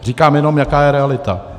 Říkám jenom, jaká je realita.